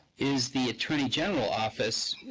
is the attorney general office